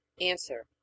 Answer